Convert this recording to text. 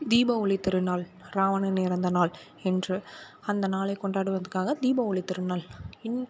தீப ஒளி திருநாள் ராவணன் இறந்த நாள் என்று அந்த நாளைக் கொண்டாடுவதற்காக தீப ஒளி திருநாள் இன்